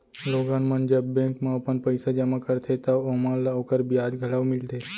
लोगन मन जब बेंक म अपन पइसा जमा करथे तव ओमन ल ओकर बियाज घलौ मिलथे